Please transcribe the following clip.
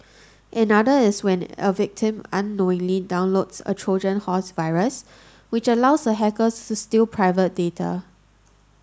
another is when a victim unknowingly downloads a Trojan horse virus which allows a hacker to steal private data